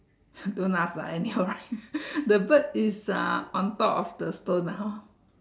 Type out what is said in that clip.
don't laugh lah anyhow rise the bird is uh on top of the stone lah hor